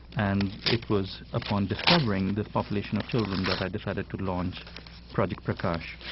and it was upon discovering this population of children that i decided to launch project prakash.